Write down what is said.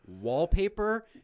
wallpaper